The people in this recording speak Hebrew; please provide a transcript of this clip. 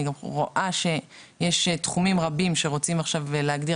אני רואה שיש תחומים רבים שרוצים להגדיר